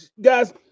Guys